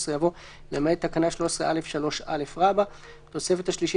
עד (13)" בא "למעט תקנה 13(א)(3א)"; (4)בתוספת השלישית,